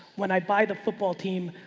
when i buy the football team,